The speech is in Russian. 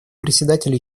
председатель